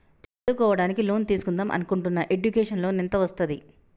చదువుకోవడానికి లోన్ తీస్కుందాం అనుకుంటున్నా ఎడ్యుకేషన్ లోన్ ఎంత వస్తది?